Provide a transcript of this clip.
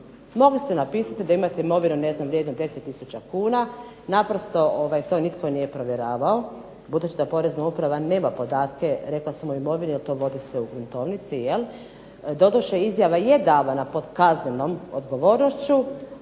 Mogli ste napisati da imate imovinu ne znam vrijednu 10 tisuća kuna, naprosto to nitko nije provjeravao budući da porezna uprava nema podatke rekla sam o imovini jer to vodi se u gruntovnici, doduše izjava je davana pod kaznenom odgovornošću,